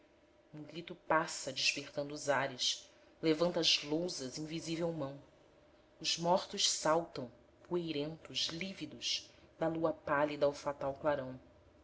um grito passa despertando os ares levanta as lousas invisível mão os mortos saltam poeirentos lívidos da lua pálida ao fatal clarão